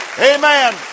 Amen